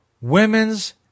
Women's